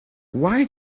why